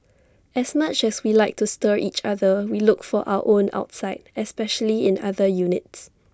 as much as we like to stir each other we look after our own outside especially in other units